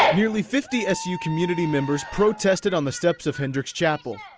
nearly fifty s u community members protested on the steps of hendricks chapel.